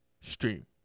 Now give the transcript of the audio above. stream